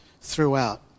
throughout